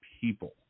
people